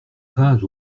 rage